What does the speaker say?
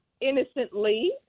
innocently